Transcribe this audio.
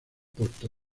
puerto